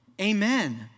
Amen